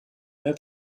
mehr